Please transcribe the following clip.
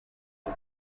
que